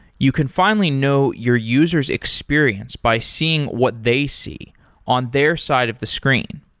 you can finally know your users' experience by seeing what they see on their side of the screen.